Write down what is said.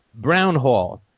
Brownhall